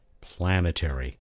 planetary